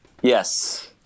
Yes